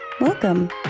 welcome